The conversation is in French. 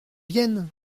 vienne